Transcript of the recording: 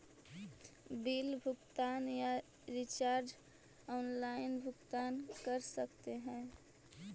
Bill भुगतान या recharge online भुगतान कर सकते हैं?